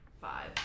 Five